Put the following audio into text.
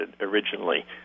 originally